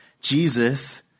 Jesus